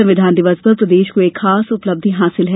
संविधान दिवस पर प्रदेश को एक खास उपलब्धि हासिल है